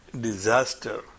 disaster